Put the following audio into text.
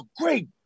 great